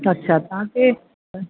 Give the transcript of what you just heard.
अछा तव्हांखे